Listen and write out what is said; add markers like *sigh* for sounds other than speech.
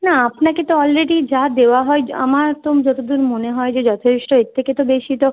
না আপনাকে তো অলরেডি যা দেওয়া হয় *unintelligible* আমার তো যতদূর মনে হয় যে যথেষ্ট এর থেকে তো বেশি তো